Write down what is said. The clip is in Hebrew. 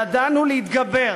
ידענו להתגבר